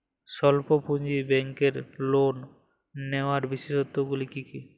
স্বল্প পুঁজির ব্যাংকের লোন নেওয়ার বিশেষত্বগুলি কী কী?